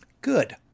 good